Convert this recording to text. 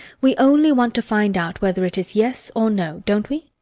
we only want to find out whether it is yes or no, don't we?